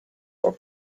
for